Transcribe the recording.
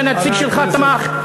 שהנציג שלך תמך,